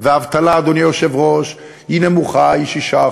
והאבטלה, אדוני היושב-ראש, היא נמוכה, היא 6%,